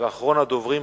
ואחרון הדוברים,